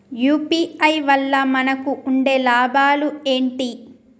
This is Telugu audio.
యూ.పీ.ఐ వల్ల మనకు ఉండే లాభాలు ఏంటి?